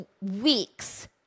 Weeks